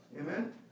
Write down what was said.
Amen